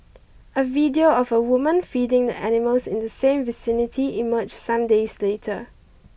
a video of a woman feeding the animals in the same vicinity emerged some days later